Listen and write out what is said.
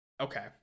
Okay